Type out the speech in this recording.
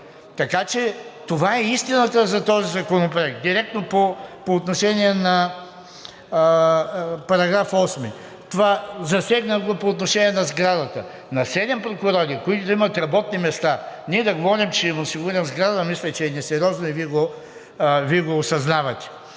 Така че това е истината за този законопроект, директно по отношение на § 8, засегнах по отношение на сградата – на седем прокурори, които да имат работни места, ние да говорим, че ще им осигурим сграда, мисля, че е несериозно и Вие го осъзнавате.